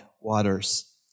waters